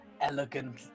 elegant